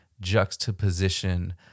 juxtaposition